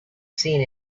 seen